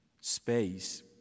space